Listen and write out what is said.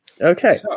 Okay